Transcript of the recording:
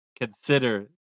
consider